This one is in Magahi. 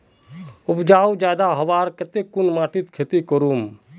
उपजाऊ ज्यादा होबार केते कुन माटित खेती करूम?